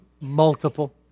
multiple